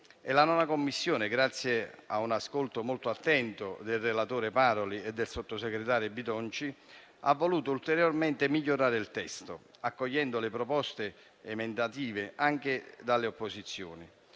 La 9a Commissione, grazie a un ascolto molto attento da parte del relatore Paroli e del sottosegretario Bitonci, ha voluto ulteriormente migliorare il testo, accogliendo le proposte emendative provenienti anche dalle opposizioni.